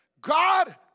God